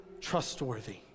trustworthy